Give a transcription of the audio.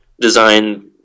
design